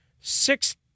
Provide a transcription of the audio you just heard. Six